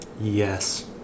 Yes